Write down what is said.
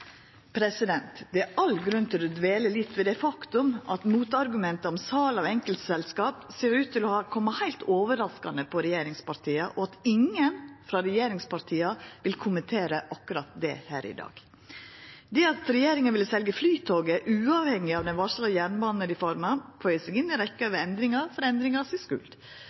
Det er all grunn til å dvela litt ved det faktum at argumenta mot sal av enkeltselskap ser ut til å ha kome heilt overraskande på regjeringspartia, og at ingen frå regjeringspartia vil kommentera akkurat det her i dag. Det at regjeringa ville selja Flytoget uavhengig av den varsla jernbanereforma, føyer seg inn i rekkja av endringar for endringar si skuld.